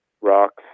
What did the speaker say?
rocks